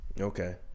Okay